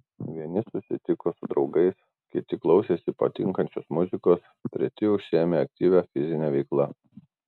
vieni susitiko su draugais kiti klausėsi patinkančios muzikos treti užsiėmė aktyvia fizine veikla